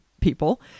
people